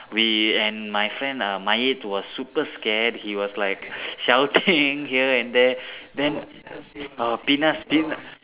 we and my friend um Mayet was super scared he was like shouting here and there then uh Penas Penas